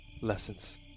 Lessons